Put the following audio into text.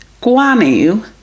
Guano